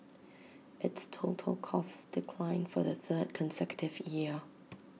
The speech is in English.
its total costs declined for the third consecutive year